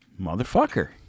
motherfucker